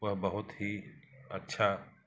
वह बहुत ही अच्छा